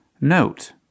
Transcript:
Note